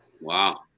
Wow